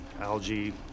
algae